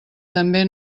també